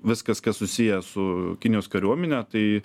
viskas kas susiję su kinijos kariuomene tai